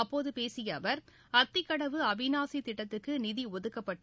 அப்போது பேசிய அவர் அத்திக்கடவு அவினாசி திட்டத்துக்கு நிதி ஒதுக்கப்பட்டு